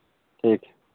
ठीक है